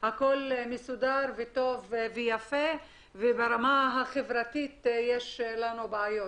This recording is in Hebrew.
הכול מסודר ויפה וברמה החברתית יש בעיות.